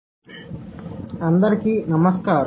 pragmatic typology అందరికీ నమస్కారం